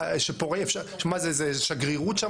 מה זה, שגרירות?